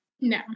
no